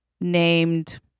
named